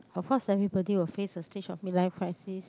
of course everybody will face the stage of mid life crisis